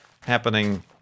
happening